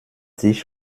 sich